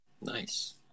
Nice